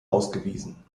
ausgewiesen